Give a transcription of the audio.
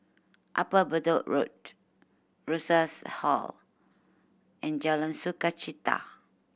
Upper Bedok Road Rosas Hall and Jalan Sukachita